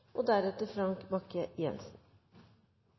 og deretter